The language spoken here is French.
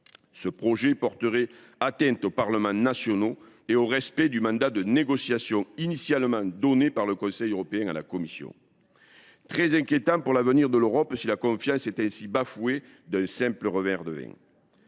Ce projet porterait atteinte aux parlements nationaux. Il ne respecterait pas le mandat de négociation initial donné par le Conseil européen à la Commission. Il serait très inquiétant pour l’avenir de l’Europe que la confiance soit ainsi bafouée d’un simple revers de main.